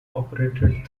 operated